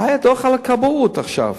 היה דוח על הכבאות עכשיו,